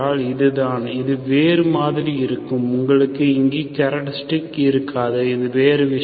இதுதான் இது வேறு மாதிரி இருக்கும் உங்களுக்கு இங்கு கேராக்டரிஸ்டிக் இருக்காது இது வேறு விஷயம்